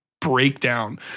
breakdown